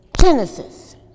Genesis